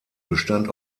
bestand